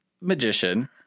magician